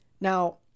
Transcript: Now